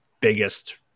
biggest